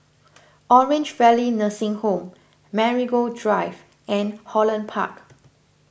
Orange Valley Nursing Home Marigold Drive and Holland Park